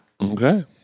Okay